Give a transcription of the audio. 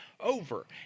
over